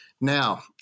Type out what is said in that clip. Now